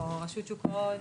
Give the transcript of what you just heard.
או רשות שוק ההון,